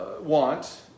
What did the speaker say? want